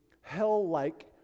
hell-like